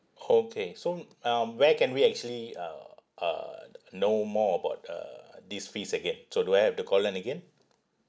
okay so um where can we actually uh uh know more about uh thee fees again so do I have to call in again